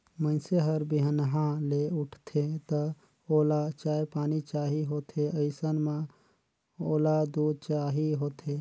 मइनसे हर बिहनहा ले उठथे त ओला चाय पानी चाही होथे अइसन म ओला दूद चाही होथे